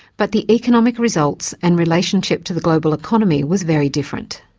but the economic results, and relationship to the global economy, was very different.